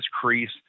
crease